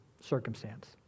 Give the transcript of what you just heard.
circumstance